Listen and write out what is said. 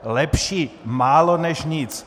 Lepší málo než nic.